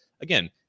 again